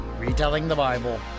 retellingthebible